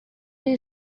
you